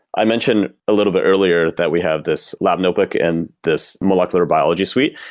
i mentioned a little bit earlier that we have this lab notebook and this molecular biology suite.